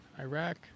Iraq